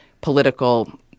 political